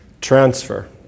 Transfer